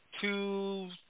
two